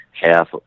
half